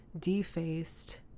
defaced